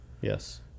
Yes